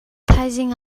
thaizing